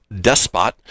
despot